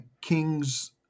king's